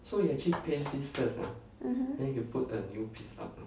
mmhmm